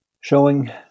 showing